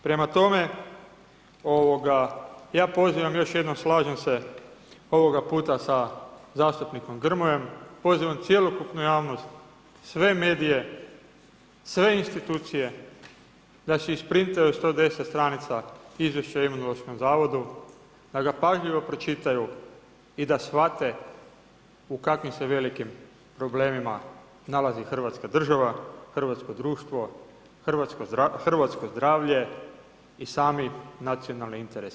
Prema tome, ja pozivam još jednom slažem se ovoga puta sa zastupnikom Grmojem, pozivam cjelokupnu javnost, sve medije, sve institucije, da si isprintaju 110 str. izvješća o Imunološkom zavod, da ga pažljivo pročitaju i da shvate u kakvim se velikim problemima nalazi Hrvatska država, hrvatsko društvo, hrvatsko zdravlje i sami nacionalni interesi.